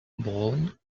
brown